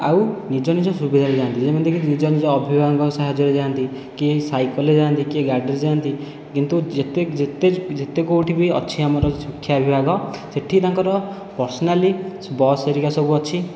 ଆଉ ନିଜ ନିଜ ସୁବିଧାରେ ଯାଆନ୍ତି ଯେମିତି ନିଜ ନିଜ ଅଭିଭାବକଙ୍କ ସାହାଯ୍ୟରେ ଯାଆନ୍ତି କିଏ ସାଇକଲରେ ଯାଆନ୍ତି କିଏ ଗାଡ଼ିରେ ଯାଆନ୍ତି କିନ୍ତୁ ଯେତେ ଯେତେ ଯେତେ କେଉଁଠି ବି ଅଛି ଆମର ଶିକ୍ଷା ବିଭାଗ ସେଠି ତାଙ୍କର ପାର୍ଶନାଲି ବସ୍ ହେରିକା ସବୁ ଅଛି